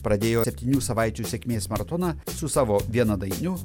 pradėjo septynių savaičių sėkmės maratoną su savo vienadainiu